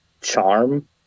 charm